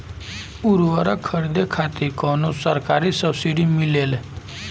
उर्वरक खरीदे खातिर कउनो सरकारी सब्सीडी मिलेल?